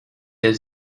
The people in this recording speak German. der